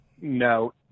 No